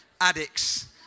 addicts